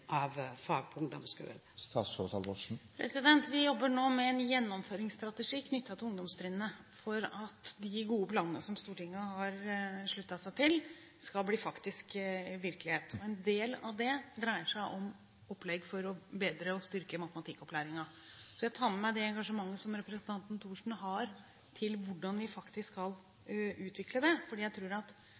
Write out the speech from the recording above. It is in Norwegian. av fag på ungdomsskolen. Vi jobber nå med en gjennomføringsstrategi knyttet til ungdomstrinnet for at de gode planene som Stortinget har sluttet seg til, faktisk skal bli virkelighet. En del av det dreier seg om opplegg for å bedre og styrke matematikkopplæringen. Jeg tar med meg det engasjementet representanten Thorsen har, når det gjelder hvordan vi faktisk skal utvikle det. Jeg tror